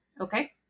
okay